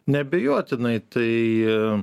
neabejotinai tai